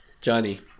johnny